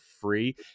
free